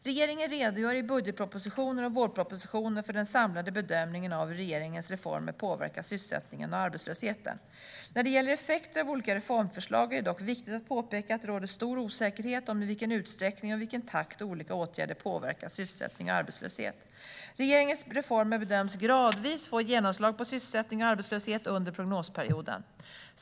Regeringen redogör i budgetpropositioner och vårpropositioner för den samlade bedömningen av hur regeringens reformer påverkar sysselsättningen och arbetslösheten. När det gäller effekter av olika reformförslag är det dock viktigt att påpeka att det råder stor osäkerhet om i vilken utsträckning och i vilken takt olika åtgärder påverkar sysselsättning och arbetslöshet. Regeringens reformer bedöms gradvis få genomslag på sysselsättning och arbetslöshet under prognosperioden.